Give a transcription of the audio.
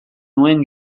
nuen